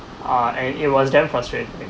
uh and it was damn frustrating